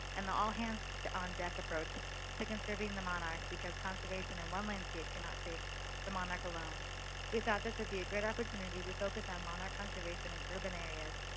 and the all hands on deck approach to conserving the monarchs because conservation in one landscape cannot save the monarch alone we thought this would be a great opportunity to focus on monarch conservation in urban areas.